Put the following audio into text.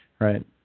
right